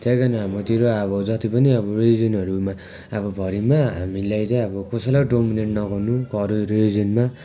त्यहाँदेखि हाम्रोतिर अब जति पनि अब रिलिजनहरूमा अब भरिमा हामीलाई चाहिँ अब कसैलाई डोमिनेट नगर्नु अरूअरू रिलिजनमा